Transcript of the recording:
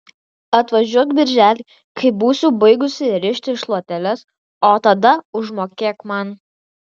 atvažiuok birželį kai būsiu baigusi rišti šluoteles o tada užmokėk man